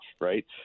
right